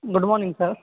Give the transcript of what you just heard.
good morning sir